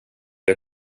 jag